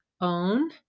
own